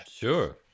Sure